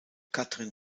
katrin